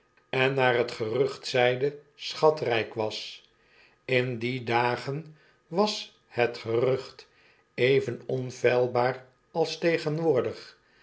en naar het gerucht zeide schatrijk was in die dagen was het gerucht even onfeilbaar als tegenwoordig